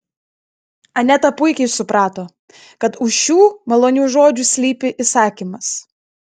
aneta puikiai suprato kad už šių malonių žodžių slypi įsakymas